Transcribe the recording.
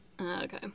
Okay